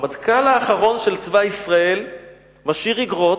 הרמטכ"ל האחרון של צבא ישראל משאיר איגרות,